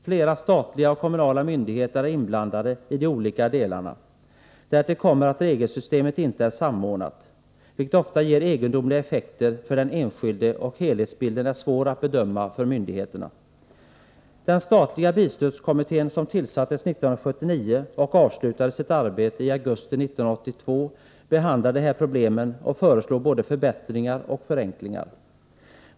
Flera statliga och kommunala myndigheter är inblandade i de olika delarna. Därtill kommer att regelsystemet inte är samordnat, vilket ofta ger egendomliga effekter för den enskilde. MHelhetsbilden är svår att bedöma för myndigheterna. Den statliga bilstödskommittén, som tillsattes 1979 och avslutade sitt arbete i augusti 1982, behandlade de här problemen och föreslog både förbättringar och förenklingar.